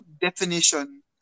definition